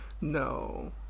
No